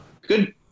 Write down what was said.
Good